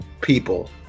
people